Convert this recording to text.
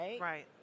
right